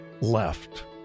left